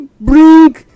bring